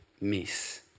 miss